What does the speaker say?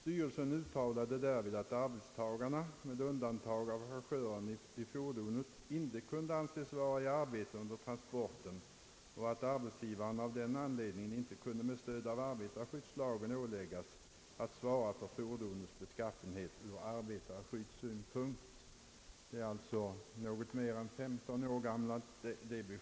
Därvid uttalade styrelsen att arbetstagarna, med undantag av fordonets chaufför, inte kunde anses befinna sig i arbete under transporten och att arbetsgivaren av denna anledning inte med stöd av arbetarskyddslagen kunde åläggas att svara för fordonets beskaffenhet ur arbetarskyddssynpunkt. Detta besked är alltså något mer än 15 år gammalt.